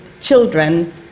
children